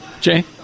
Jay